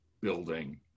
building